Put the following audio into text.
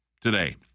today